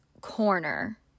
corner